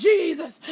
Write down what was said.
Jesus